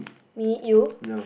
me you